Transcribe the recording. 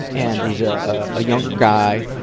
and he's a ah ah younger guy,